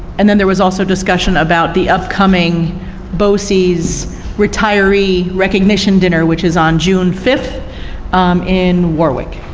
and then there was also discussion about the upcoming boces retiree recognition dinner, which is on june fifth in warwick.